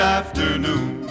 afternoon